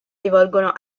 rivolgono